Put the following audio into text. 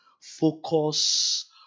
Focus